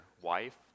wife